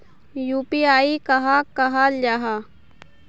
UPI कहाक कहाल जाहा जाहा?